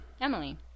Emily